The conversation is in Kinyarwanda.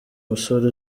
musore